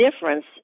difference